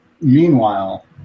Meanwhile